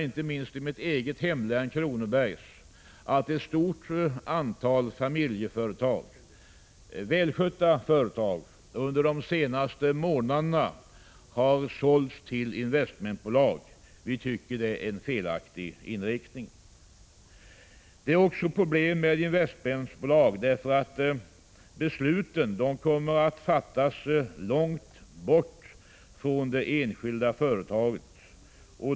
Inte minst i mitt eget hemlän, Kronobergs län, har ett stort antal välskötta familjeföretag under de senaste månaderna sålts till investmentbolag. Vi tycker att det är en felaktig inriktning. Ett problem med investmentbolag är också att besluten kommer att fattas långt bort från det enskilda företaget.